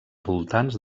voltants